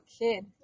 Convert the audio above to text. kid